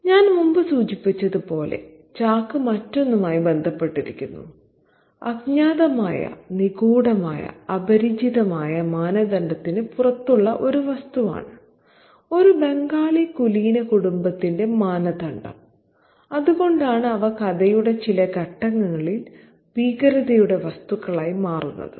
ഞാൻ മുമ്പ് സൂചിപ്പിച്ചതുപോലെ ചാക്ക് മറ്റൊന്നുമായി ബന്ധപ്പെട്ടിരിക്കുന്നു അജ്ഞാതമായ നിഗൂഢമായ അപരിചിതമായ മാനദണ്ഡത്തിന് പുറത്തുള്ള ഒരു വസ്തുവാണ് ഒരു ബംഗാളി കുലീന കുടുംബത്തിന്റെ മാനദണ്ഡം അതുകൊണ്ടാണ് അവ കഥയുടെ ചില ഘട്ടങ്ങളിൽ ഭീകരതയുടെ വസ്തുക്കളായി മാറുന്നത്